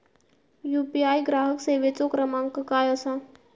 UPI ग्राहक सेवेचो क्रमांक काय असा?